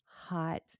hot